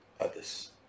others